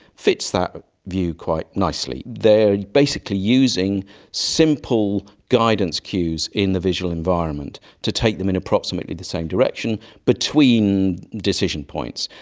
fits that view quite nicely. they are basically using simple guidance cues in the visual environment to take them in approximately the direction between decision points.